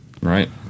right